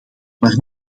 maar